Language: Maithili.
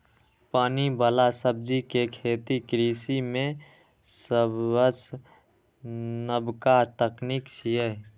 पानि बला सब्जी के खेती कृषि मे सबसं नबका तकनीक छियै